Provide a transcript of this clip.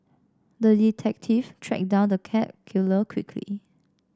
the detective tracked down the cat killer quickly